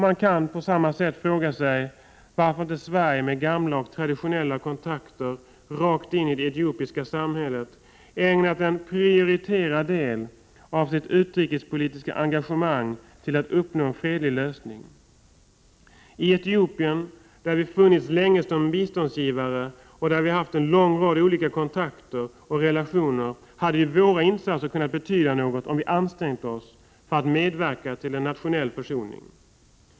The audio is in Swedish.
Man kan på samma sätt fråga sig varför inte Sverige med gamla och traditionella kontakter rakt in i det etiopiska samhället ägnat en prioriterad del av sitt utrikespolitiska engagemang till att uppnå en fredlig lösning. I Etiopien, där vi funnits länge som biståndsgivare och där vi haft en lång rad olika kontakter och relationer, hade ju våra insatser kunnat betyda något om vi ansträngt oss för att medverka till en nationell försoning.